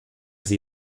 sie